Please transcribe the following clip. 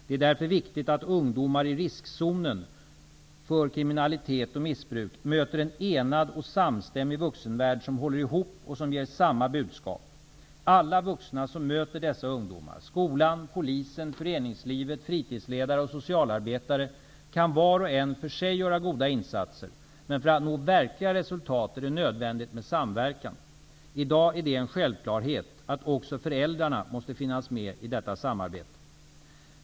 Det är därför viktigt att ungdomar i riskzonen för kriminalitet och missbruk möter en enad och samstämmig vuxenvärld som håller ihop och som ger samma budskap. Alla vuxna som möter dessa ungdomar -- skolan, polisen, föreningslivet, fritidsledare och socialarbetare -- kan var och en för sig göra goda insatser, men för att nå verkliga resultat är det nödvändigt med samverkan. I dag är det en självklarhet att också föräldrarna måste finnas med i detta samarbete.